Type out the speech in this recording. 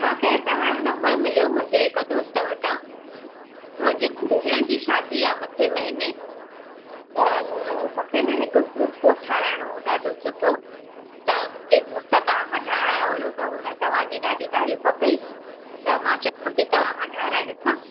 मांखे तव्हांजो नंबर मिलियो मुंहिंजे हिकु दोस्तु वटां मुंहिंजे न भेण जी शादी आहे मथे महीने त मूंखे न हिकु सुट कोट ठाहिराइणो हुओ ॾाढो सुठो त मुंहिंजे दोस्तु तव्हां खां ठाहिरायो हुओ त हुन तव्हांजी ॾाढी तारीफ़ कई त मां चयो मां बि तव्हां खां ठाहिराए ॾिसां